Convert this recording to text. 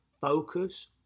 focus